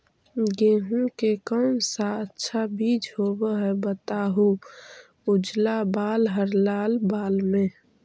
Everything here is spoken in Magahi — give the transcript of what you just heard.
गेहूं के कौन सा अच्छा बीज होव है बताहू, उजला बाल हरलाल बाल में?